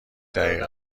دقیقه